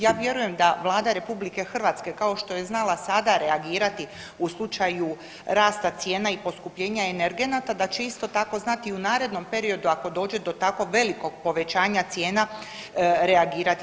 Ja vjerujem da Vlada RH kao što je znala sada reagirati u slučaju rasta cijena i poskupljenja energenata, da će isto tako znati u narednom periodu ako dođe do tako velikog povećanja cijena reagirati.